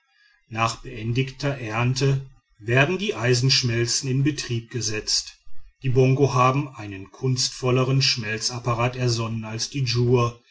nach beendigter ernte werden die eisenschmelzen in betrieb gesetzt die bongo haben einen kunstvolleren schmelzapparat ersonnen als die djur